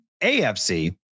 AFC